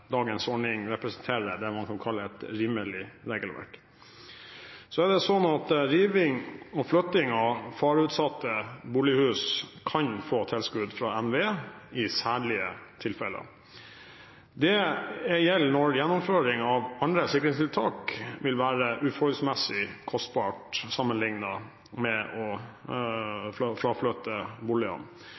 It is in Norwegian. dagens ordning representerer det man kan kalle et rimelig regelverk. Riving og flytting av fareutsatte bolighus kan få tilskudd fra NVE i særlige tilfeller. Det gjelder når gjennomføring av andre sikringstiltak vil være uforholdsmessig kostbart sammenlignet med å fraflytte boligene,